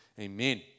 Amen